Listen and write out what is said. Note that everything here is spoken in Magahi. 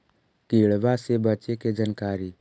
किड़बा से बचे के जानकारी?